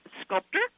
sculptor